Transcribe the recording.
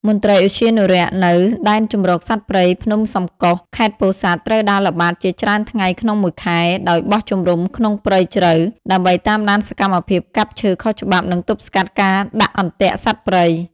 មន្ត្រីឧទ្យានុរក្សនៅ ដែនជម្រកសត្វព្រៃភ្នំសំកុស ខេត្តពោធិ៍សាត់ ត្រូវដើរល្បាតជាច្រើនថ្ងៃក្នុងមួយខែ ដោយបោះជំរំក្នុងព្រៃជ្រៅ ដើម្បីតាមដានសកម្មភាពកាប់ឈើខុសច្បាប់ និងទប់ស្កាត់ការដាក់អន្ទាក់សត្វព្រៃ។